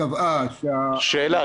קבעה --- שאלה.